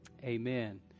amen